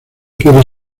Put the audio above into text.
quiere